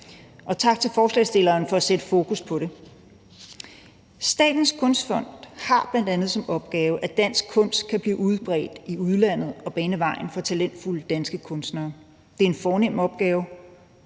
– tak til forslagsstillerne for at sætte fokus på det. Statens Kunstfond har bl.a. som opgave at gøre sådan, at dansk kunst kan blive udbredt i udlandet, og at bane vejen for talentfulde danske kunstnere. Det er en fornem opgave,